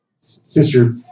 Sister